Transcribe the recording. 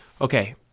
Okay